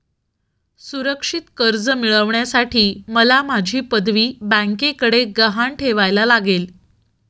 सुरक्षित कर्ज मिळवण्यासाठी मला माझी पदवी बँकेकडे गहाण ठेवायला लागेल